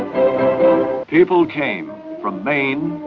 um people came from maine,